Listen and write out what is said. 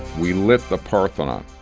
we lift the parthenon.